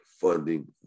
funding